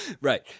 Right